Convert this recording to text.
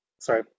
sorry